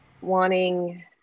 wanting